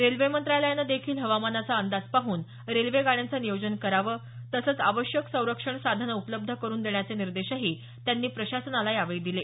railway मंत्रालयानं देखील हवामानाचा अंदाज पाहून रेल्वे गाड्यांचं नियोजन करावं तसंच आवश्यक संरक्षण साधने उपलब्ध करून देण्याचे निर्देशही त्यांनी प्रशासनाला यावेळी दिले